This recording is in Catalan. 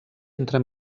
entre